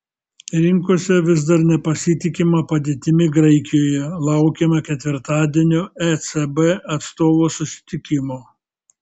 rinkose vis dar nepasitikima padėtimi graikijoje laukiama ketvirtadienio ecb atstovų susitikimo